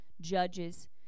judges